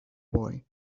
boy